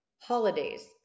holidays